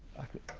i could